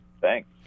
thanks